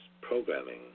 programming